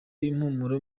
impumuro